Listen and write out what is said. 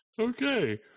Okay